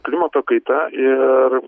klimato kaita ir